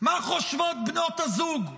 מה חושבות בנות הזוג?